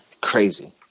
Crazy